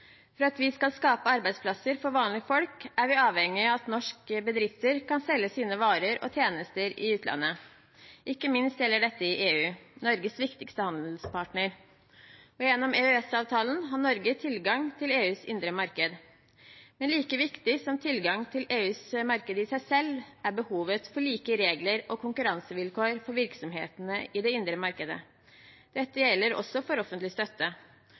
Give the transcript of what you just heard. For at vi skal skape arbeidsplasser for vanlige folk, er vi avhengige av at norske bedrifter kan selge sine varer og tjenester i utlandet. Ikke minst gjelder dette i EU, Norges viktigste handelspartner. Gjennom EØS-avtalen har Norge tilgang til EUs indre marked. Like viktig som tilgang til EUs marked i seg selv er behovet for like regler og konkurransevilkår for virksomhetene i det indre markedet. Dette gjelder også for offentlig støtte.